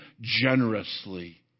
generously